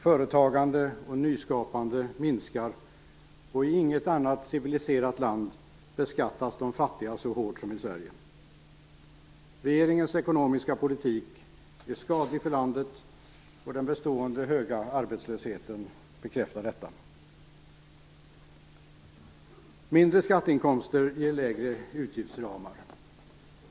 Företagande och nyskapande minskar, och i inget annat civiliserat land beskattas de fattiga så hårt som i Sverige. Regeringens ekonomiska politik är skadlig för landet, och den bestående höga arbetslösheten bekräftar detta. Mindre skatteinkomster ger lägre utgiftsramar.